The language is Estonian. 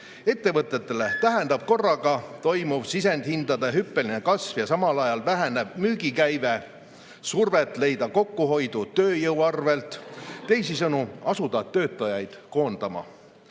Ettevõtetele tähendab sisendhindade hüppeline kasv ja samal ajal vähenev müügikäive survet leida kokkuhoidu tööjõu arvel, teisisõnu, asuda töötajaid koondama.